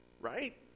right